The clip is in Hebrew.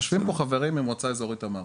יושבים פה חברים ממועצה אזורית תמר,